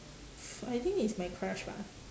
I think is my crush bah